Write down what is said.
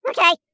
Okay